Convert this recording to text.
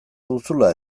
duzula